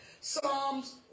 Psalms